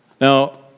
Now